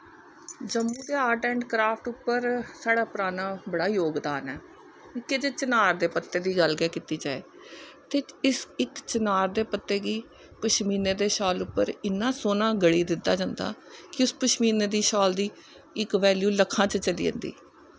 जम्मू दे art and craft पर साढ़ा बड़ा पराना योगदान ऐ जे चनार दे पत्तर दी गल्ल गै कीती जा ते इक चनार दे पत्ते गी पशमीनें दे शाल पर इन्ना शैल गड़ी दित्ता जंदा कि उस पशमीनें दे शाल दी इक बैल्यू लक्खां च चली जंदी